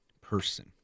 person